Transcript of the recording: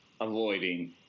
avoiding